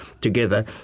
together